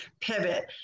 pivot